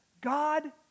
God